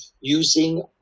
using